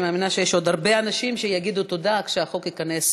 אני מאמינה שיש עוד הרבה אנשים שיגידו תודה כשהחוק ייכנס